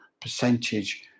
percentage